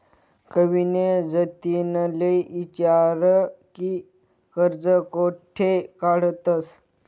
कविनी जतिनले ईचारं की कर्ज कोठे काढतंस